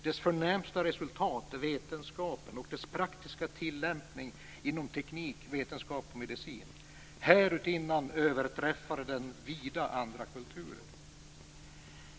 - Dess förnämsta resultat är vetenskapen och dess praktiska tillämpning inom teknik, kemi och medicin. Härutinnan överträffar den vida alla andra kulturer.